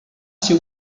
ser